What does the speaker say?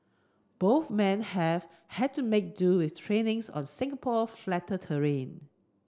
both men have had to make do with trainings on Singapore flatter terrain